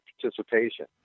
participation